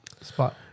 spot